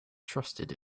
trusted